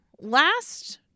Last